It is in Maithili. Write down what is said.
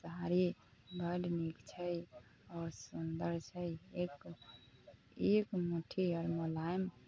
साड़ी बड्ड नीक छै आओर सुन्दर छै एक एक आओर मुलायम